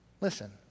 Listen